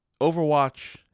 Overwatch